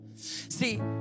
See